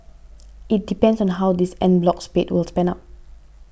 it depends on how this en bloc spate was pan out